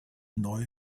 neu